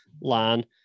line